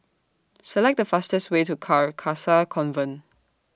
Select The fastest Way to Carcasa Convent